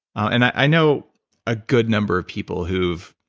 and i know a good number of people who've